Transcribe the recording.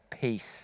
peace